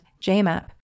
JMAP